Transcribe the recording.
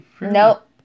nope